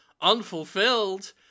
unfulfilled